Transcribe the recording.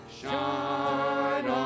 shine